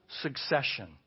succession